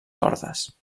cordes